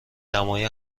دمای